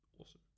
awesome